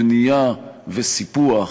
בנייה וסיפוח,